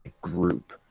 group